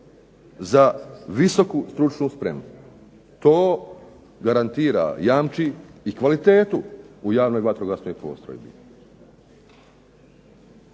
za visoku stručnu spremu. To garantira, jamči i kvalitetu u javnoj vatrogasnoj postrojbi,